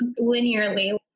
linearly